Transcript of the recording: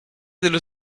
dello